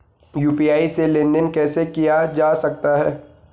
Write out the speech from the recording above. UPI से लेनदेन कैसे किया जा सकता है?